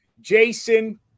Jason